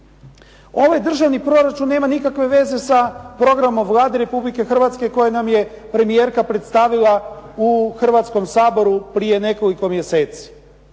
Ovaj državni proračun nema nikakve veze sa programom Vlade Republike Hrvatske koje nam je premijerka predstavila u Hrvatskom saboru prije nekoliko mjeseci